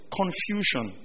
confusion